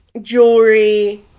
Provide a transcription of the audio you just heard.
jewelry